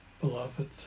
Beloved